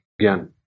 Again